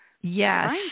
Yes